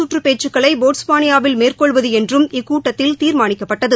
சுற்று பேச்சுக்களை போட்ஸ்வானியாவில் மேற்கொள்வது என்று இக்கூட்டத்தில் அடுத்து தீர்மானிக்கப்பட்டது